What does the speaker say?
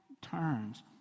turns